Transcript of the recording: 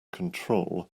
control